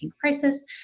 crisis